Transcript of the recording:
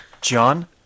John